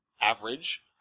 average